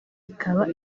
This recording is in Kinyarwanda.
ikaba